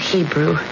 Hebrew